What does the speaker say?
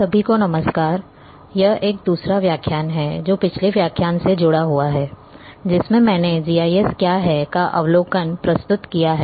सभी को नमस्कार यह एक दूसरा व्याख्यान है जो पिछले व्याख्यान से जुड़ा हुआ है जिसमें मैंने जीआईएस क्या है का अवलोकन प्रस्तुत किया है